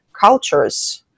cultures